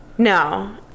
No